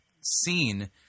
seen